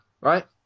right